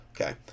okay